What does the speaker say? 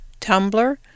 Tumblr